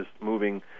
moving